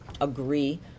agree